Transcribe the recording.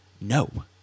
no